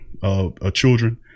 children